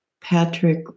Patrick